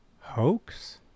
hoax